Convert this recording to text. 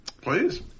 Please